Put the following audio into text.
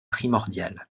primordial